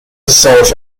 herself